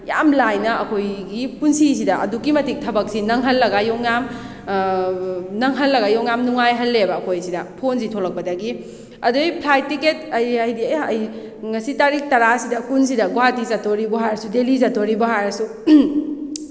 ꯌꯥꯝ ꯂꯥꯏꯅ ꯑꯩꯈꯣꯏꯒꯤ ꯄꯨꯟꯁꯤꯁꯤꯗ ꯑꯗꯨꯛꯀꯤ ꯃꯇꯤꯛ ꯊꯕꯛꯁꯤ ꯅꯪꯍꯜꯂꯒ ꯌꯣꯡꯌꯥꯝ ꯅꯪꯍꯜꯂꯒ ꯌꯣꯡꯌꯥꯝ ꯅꯨꯡꯉꯥꯏꯍꯜꯂꯦꯕ ꯑꯩꯈꯣꯏꯁꯤꯗ ꯐꯣꯟꯁꯤ ꯊꯣꯛꯂꯛꯄꯗꯒꯤ ꯑꯗꯩ ꯐ꯭ꯂꯥꯏꯠ ꯇꯤꯀꯦꯠ ꯑꯩ ꯍꯥꯏꯗꯤ ꯑꯦ ꯑꯩ ꯉꯁꯤ ꯇꯥꯔꯤꯛ ꯇꯔꯥꯁꯤꯗ ꯀꯨꯟꯁꯤꯗ ꯒꯨꯍꯥꯇꯤ ꯆꯠꯇꯣꯔꯤꯕꯨ ꯍꯥꯏꯔꯁꯨ ꯗꯤꯜꯂꯤ ꯆꯠꯇꯣꯔꯤꯕꯨ ꯍꯥꯏꯔꯁꯨ